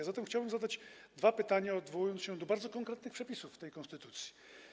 A zatem chciałbym zadać dwa pytania, odwołując się do bardzo konkretnych przepisów tej konstytucji.